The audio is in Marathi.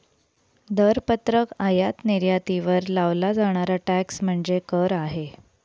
दरपत्रक आयात निर्यातीवर लावला जाणारा टॅक्स म्हणजे कर आहे